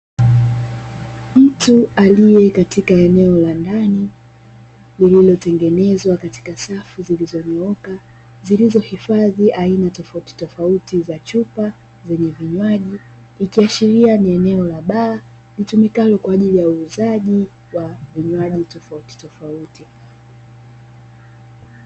Mtu aliyekatika eneo la ndani, lililotengenezwa katika safu zilizonyooka zilizohifadhi aina tofautitofauti za chupa zenye vinywaji, likiashiria ni eneo la baa litumikao kwa ajili ya uuzaji wa vinywaji tofautitofauti.